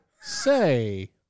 Say